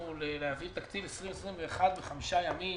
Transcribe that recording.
להעביר את תקציב 20' 21' בחמישה ימים.